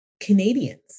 Canadians